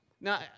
Now